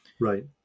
Right